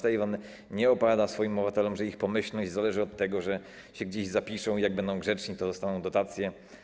Tajwan nie opowiada swoim obywatelom, że ich pomyślność zależy od tego, że się gdzieś zapiszą i jak będą grzeczni, to dostaną dotacje.